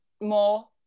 more